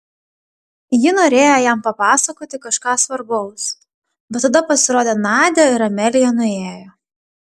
ji norėjo jam papasakoti kažką svarbaus bet tada pasirodė nadia ir amelija nuėjo